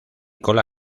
cola